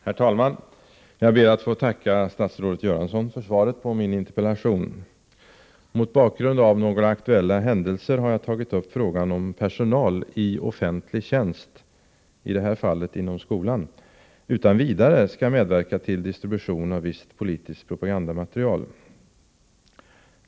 Herr talman! Jag ber att få tacka statsrådet Göransson för svaret på min interpellation. Mot bakgrund av några aktuella händelser har jag tagit upp frågan om huruvida personal i offentlig tjänst — i det här fallet inom skolan — utan vidare skall medverka till distribution av visst politiskt propagandamaterial.